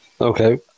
Okay